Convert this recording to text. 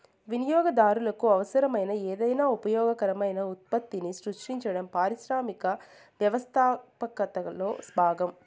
వినియోగదారులకు అవసరమైన ఏదైనా ఉపయోగకరమైన ఉత్పత్తిని సృష్టించడం పారిశ్రామిక వ్యవస్థాపకతలో భాగం